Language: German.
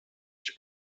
ich